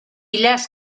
less